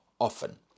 often